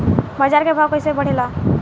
बाजार के भाव कैसे बढ़े ला?